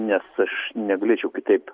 nes aš negalėčiau kitaip